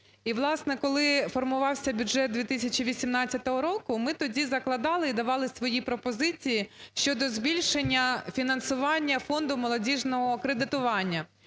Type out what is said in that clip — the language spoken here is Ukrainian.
коли формувався бюджет 2018 року, ми тоді закладали і давали свої пропозиції щодо збільшення фінансування Фонду молодіжного кредитування.